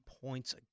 points